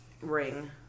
ring